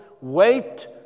wait